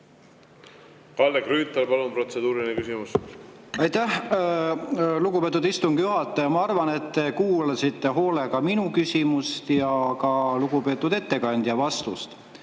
Kalle Grünthal, palun, protseduuriline küsimus! Aitäh, lugupeetud istungi juhataja! Ma [loodan], et te kuulasite hoolega minu küsimust ja ka lugupeetud ettekandja vastust.